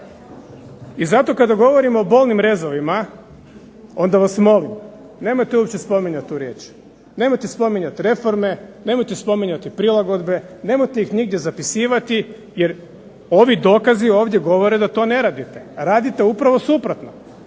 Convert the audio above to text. I zato kada govorimo o bolnim rezovima onda vas molim nemojte uopće spominjati tu riječ, nemojte spominjat reforme, nemojte spominjati prilagodbe, nemojte ih nigdje zapisivati jer ovi dokazi ovdje govore da to ne radite. Radite upravo suprotno.